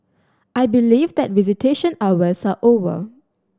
I believe that visitation hours are over